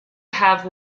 have